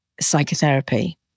psychotherapy